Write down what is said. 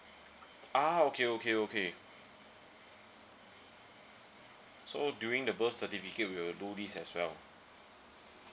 ah okay okay okay so during the birth certificate we will do this as well